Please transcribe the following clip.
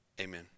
amen